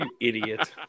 idiot